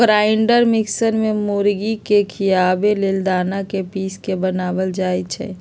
grinder mixer में मुर्गी के खियाबे लेल दना के पिस के बनाएल जाइ छइ